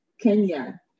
Kenya